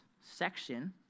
section